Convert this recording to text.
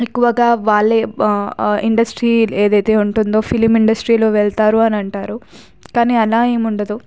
ఎక్కువగా వాళ్ళే ఇండస్ట్రీ ఏదైతే ఉంటుందో ఫిలిం ఇండస్ట్రీలో వెళతారు అని అంటారు కానీ అలా ఏమి ఉండదు